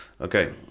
Okay